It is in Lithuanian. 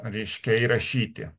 reiškia įrašyti